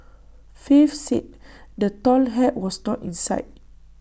faith said the tall hat was not in sight